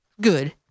good